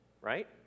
Right